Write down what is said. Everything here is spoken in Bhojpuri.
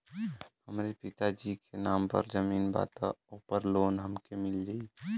हमरे पिता जी के नाम पर जमीन बा त ओपर हमके लोन मिल जाई?